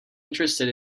interested